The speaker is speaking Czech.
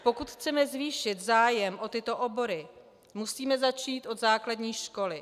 Pokud chceme zvýšit zájem o tyto obory, musíme začít od základní školy.